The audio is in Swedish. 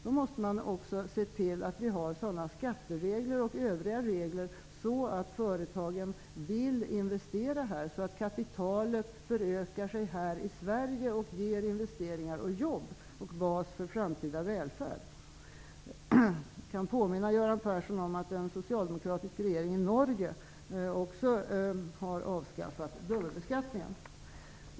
Då måste vi också se till att vi har sådana skatteregler och övriga regler att företagen vill investera här så att kapitalet förökar sig här i Sverige och ger investeringar, jobb och en bas för framtida välfärd. Jag kan påminna Göran Persson om att en socialdemokratisk regering i Norge också har avskaffat dubbelbeskattningen.